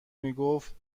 میگفت